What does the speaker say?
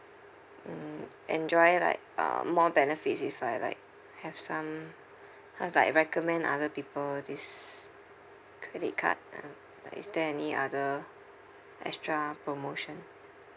mm enjoy like uh more benefits if I like have some how is like I recommend other people this credit card a'ah uh is there any other extra promotion